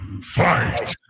fight